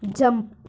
jump